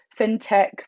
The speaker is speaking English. fintech